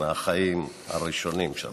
מהחיים הראשונים שלך.